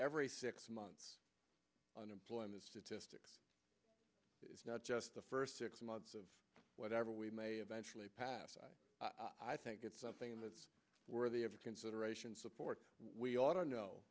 every six months unemployment statistics is not just the first six months of whatever we may eventually pass i think it's something that's worthy of consideration support we ought to know